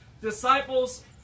disciples